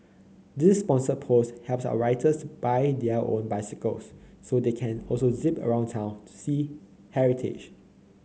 this sponsored post helps our writers buy their own bicycles so they can also zip around town see heritage